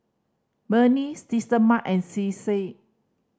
Burnie Systema and Cesar